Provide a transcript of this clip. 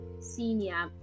senior